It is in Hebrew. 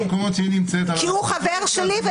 כי הוא חבר שלי,